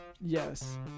Yes